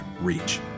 reach